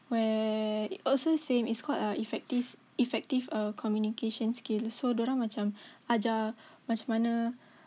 where also same it's called uh effective effective err communication skill so diorang ajar macam mana